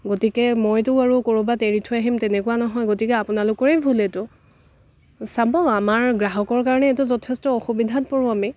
গতিকে মইতো আৰু কৰবাত এৰি থৈ আহিম তেনেকুৱা নহয় গতিকে আপোনালোকৰেই ভূল এইটো চাব আমাৰ গ্ৰাহকৰ কাৰণে এইটো যথেষ্ট অসুবিধাত পৰোঁ আমি